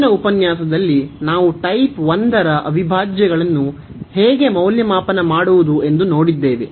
ಹಿಂದಿನ ಉಪನ್ಯಾಸದಲ್ಲಿ ನಾವು ಟೈಪ್ 1 ರ ಅವಿಭಾಜ್ಯಗಳನ್ನು ಹೇಗೆ ಮೌಲ್ಯಮಾಪನ ಮಾಡುವುದು ಎಂದು ನೋಡಿದ್ದೇವೆ